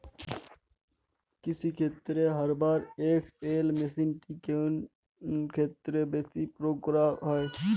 কৃষিক্ষেত্রে Hoover XL মেশিনটি কোন ক্ষেত্রে বেশি প্রয়োগ করা হয়?